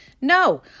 No